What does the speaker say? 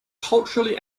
culturally